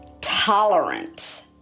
tolerance